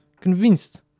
Convinced